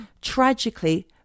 tragically